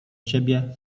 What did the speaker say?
ciebie